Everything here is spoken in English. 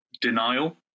denial